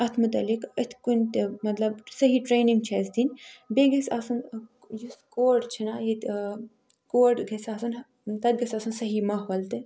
اتھ متعلق أتھۍ کُنہِ تہِ مطلب صحیح ٹرٛینِنٛگ چھِ اَسہِ دِنۍ بیٚیہِ گَژھِ آسُن یُس کوٹ چھُنا ییٚتہِ کوٹ گَژھِ آسُن تَتہِ گَسہِ آسُن صحیح ماحول تہِ